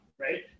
right